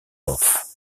offs